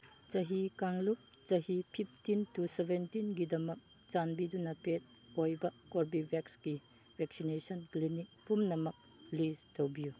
ꯆꯍꯤ ꯀꯥꯡꯂꯨꯞ ꯆꯍꯤ ꯐꯤꯞꯇꯤꯟ ꯇꯨ ꯁꯕꯦꯟꯇꯤꯟꯒꯤꯗꯃꯛ ꯆꯥꯟꯕꯤꯗꯨꯅ ꯄꯦꯠ ꯑꯣꯏꯕ ꯀꯣꯕꯤꯚꯦꯛꯁꯀꯤ ꯕꯦꯛꯁꯤꯅꯦꯁꯟ ꯀ꯭ꯂꯤꯅꯤꯛ ꯄꯨꯝꯅꯃꯛ ꯂꯤꯁ ꯇꯧꯕꯤꯌꯨ